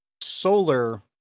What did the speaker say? solar